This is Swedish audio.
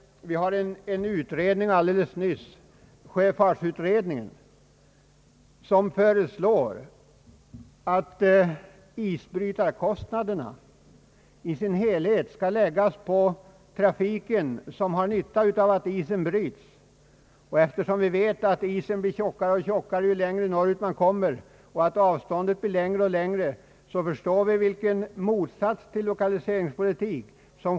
Sjöfartsutredningen — som nyligen har framlagt sitt betänkande — föreslår att isbrytarkostnaderna i sin helhet skall läggas på den trafik som har nytta av att isen bryts. Eftersom vi vet att isen blir tjockare ju längre norrut man kommer och avstånden mellan hamnarna också blir längre, är det uppenbart att sjöfartsutredningens förslag innebär raka motsatsen till en lokaliseringspolitik.